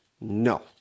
No